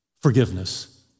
Forgiveness